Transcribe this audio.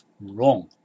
Wrong